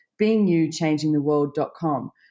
beingyouchangingtheworld.com